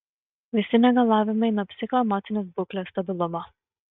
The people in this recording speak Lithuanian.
visi negalavimai nuo psichoemocinės būklės stabilumo